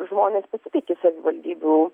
žmonės pasitiki savivaldybių